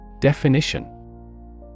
Definition